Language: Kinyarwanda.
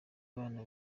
abana